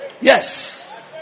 Yes